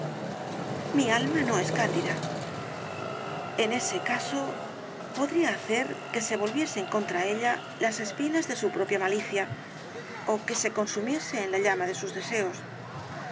mi alma no es candida en ese caso podría hacer que se volviesen contra ella las espinas de su propia malicia ó que se consumiese en la llama de sus deseos